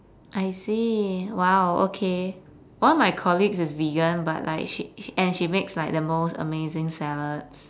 I see !wow! okay one of my colleagues is vegan but like she she and she makes like the most amazing salads